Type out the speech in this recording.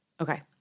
Okay